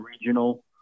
regional